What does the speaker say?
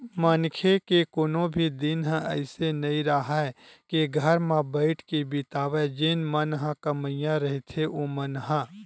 मनखे के कोनो भी दिन ह अइसे नइ राहय के घर म बइठ के बितावय जेन मन ह कमइया रहिथे ओमन ह